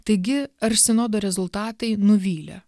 taigi ar sinodo rezultatai nuvylė